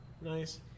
Nice